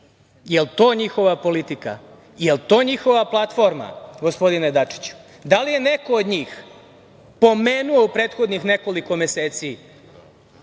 li je to njihova politika? Da li je to njihova platforma, gospodine Dačiću? Da li je neko od njih pomenuo prethodnih nekoliko meseci